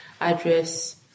address